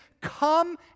Come